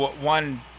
one